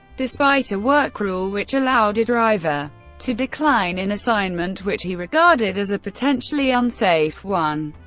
despite a work rule which allowed a driver to decline an assignment which he regarded as a potentially unsafe one,